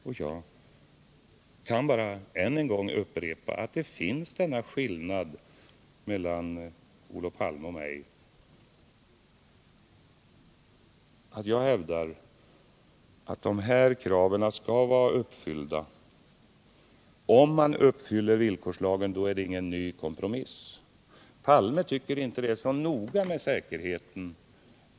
Jag kan bara än en gång upprepa att den skillnaden finns mellan Olof Palme och mig att jag hävdar att säkerhetskraven måste vara uppfyllda. Om man uppfyller villkorslagen innebär det ingen ny kompromiss. Olof Palme tycker inte att det är så noga med säkerheten.